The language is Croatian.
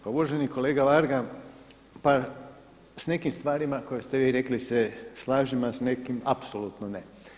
Pa uvaženi kolega Varga, pa sa nekim stvarima koje ste vi rekli se slažem, a sa nekim apsolutno ne.